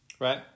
Right